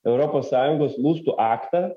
europos sąjungos lustų aktą